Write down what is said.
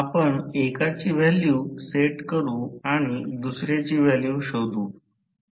आपण एकाची value set करू आणि दुसर्याची व्हॅल्यू शोधू